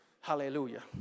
Hallelujah